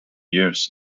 years